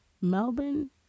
Melbourne